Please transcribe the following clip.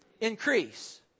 Increase